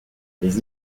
les